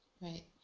Right